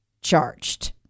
charged